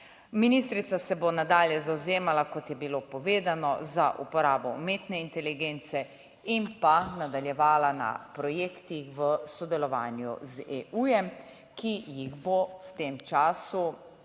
Ministrica se bo nadalje zavzemala, kot je bilo povedano, za uporabo umetne inteligence in pa nadaljevala na projektih v sodelovanju z EU, ki jih bo v tem času, v